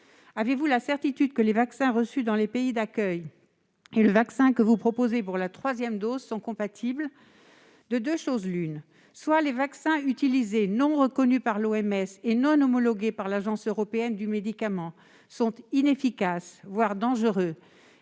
Avez-vous la certitude que les vaccins reçus dans les pays d'accueil et le vaccin que vous proposez pour la troisième dose sont compatibles ? De deux choses l'une : soit les vaccins utilisés, non reconnus par l'OMS et non homologués par l'Agence européenne des médicaments, sont inefficaces, voire dangereux,